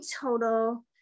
total